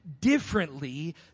differently